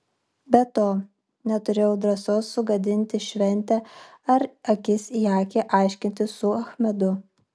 be to neturėjau drąsos sugadinti šventę ar akis į akį aiškintis su achmedu